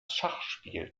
schachspiel